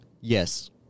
Yes